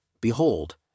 Behold